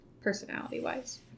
personality-wise